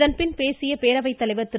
இதன் பின்னர் பேசிய பேரவைத் தலைவர் திரு